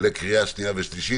לקריאה שנייה ולשלישית.